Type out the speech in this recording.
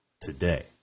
today